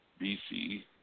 BC